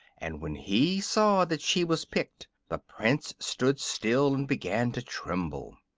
and when he saw that she was picked the prince stood still and began to tremble.